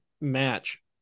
match